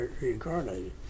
reincarnated